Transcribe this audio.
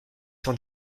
sans